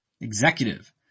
Executive